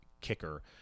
kicker